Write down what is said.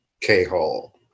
K-hole